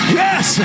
yes